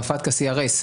בפטקא-CRS,